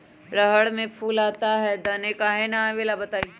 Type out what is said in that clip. रहर मे फूल आता हैं दने काहे न आबेले बताई?